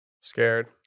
Scared